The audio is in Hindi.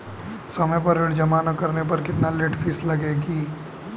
समय पर ऋण जमा न करने पर कितनी लेट फीस लगेगी?